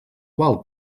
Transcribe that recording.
qual